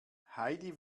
heidi